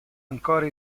ancora